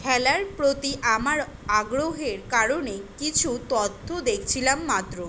খেলার প্রতি আমার আগ্রহের কারণে কিছু তথ্য দেখছিলাম মাত্র